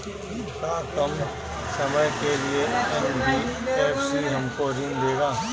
का कम समय के लिए एन.बी.एफ.सी हमको ऋण देगा?